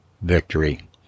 victory